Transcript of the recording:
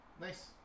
Nice